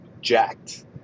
jacked